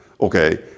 okay